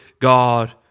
God